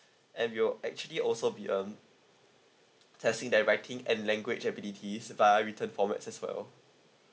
and we'll actually also be um testing their writing and language abilities via written format as well